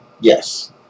Yes